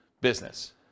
business